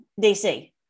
DC